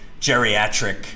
geriatric